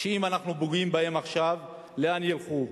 שאם אנחנו פוגעים בהם עכשיו, לאן הם ילכו?